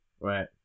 Right